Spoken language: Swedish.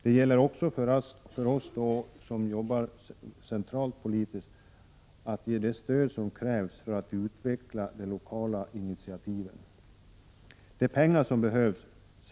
Det gäller också för oss som jobbar centralt politiskt att ge det stöd som krävs för att de lokala initiativen skall kunna utvecklas.